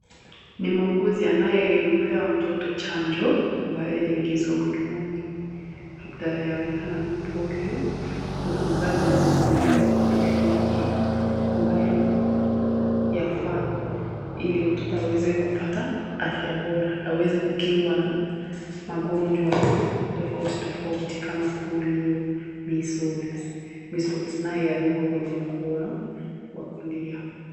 Ni muuguzi anayempea mtoto chanjo, ambayo inaingizwa mdomoni labda yaonekana ni polio . Kuna mzazi ambaye amemleta kwenye kliniki ambayo yafaa ili mtoto aweze kupata afya bora aweze kukingwa na magonjwa tofauti tofauti kama polio, measles . Measles nayo yadungwa kwenye mkono wa kulia.